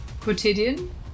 quotidian